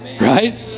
right